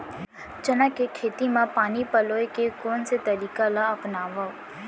चना के खेती म पानी पलोय के कोन से तरीका ला अपनावव?